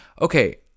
Okay